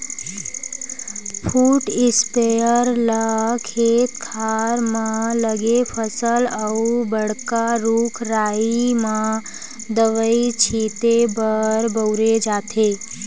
foot sprayer ल खेत खार म लगे फसल अउ बड़का रूख राई म दवई छिते बर बउरे जाथे